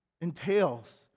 entails